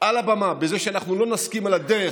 על הבמה בזה שאנחנו לא נסכים על הדרך,